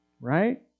right